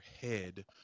head